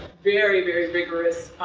very, very big risk.